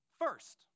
first